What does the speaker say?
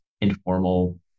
informal